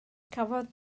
cafodd